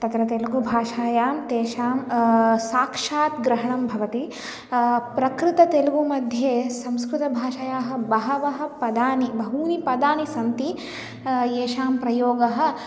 तत्र तेलुगु भाषायां तेषां साक्षात् ग्रहणं भवति प्रकृत तेलुगु मध्ये संस्कृतभाषायाः बहवः पदानि बहूनि पदानि सन्ति एषां प्रयोगः